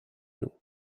nous